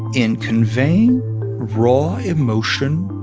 in conveying raw emotion